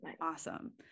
Awesome